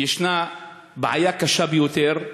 יש בעיה קשה ביותר,